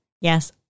Yes